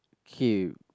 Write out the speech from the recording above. okay